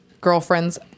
girlfriend's